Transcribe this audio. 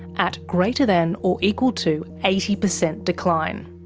at greater than or equal to eighty percent decline.